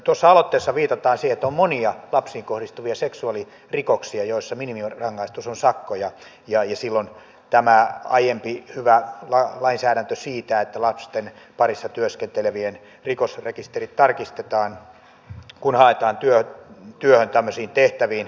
tuossa aloitteessa viitataan siihen että on monia lapsiin kohdistuvia seksuaalirikoksia joissa minimirangaistus on sakkoja ja silloin tämä aiempi hyvä lainsäädäntö siitä että lasten parissa työskentelevien rikosrekisterit tarkistetaan kun aikaa työt työtä mesitehtäviin